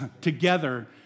together